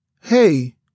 hey